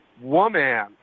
woman